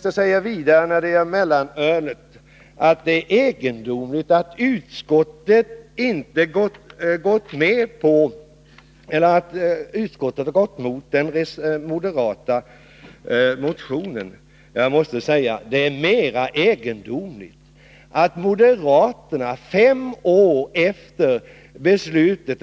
Knut Wachtmeister säger när det gäller mellanölsfrågan att det är egendomligt att utskottet gått emot den moderata motionen. Jag måste säga: Det är mera egendomligt att moderaterna sex år efter beslutet